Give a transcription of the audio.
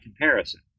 comparison